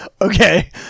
Okay